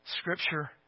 Scripture